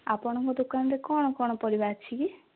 ଆପଣଙ୍କ ଦୋକାନରେ କ'ଣ କ'ଣ ପରିବା ଅଛି କି